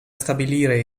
stabilire